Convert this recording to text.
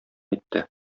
итте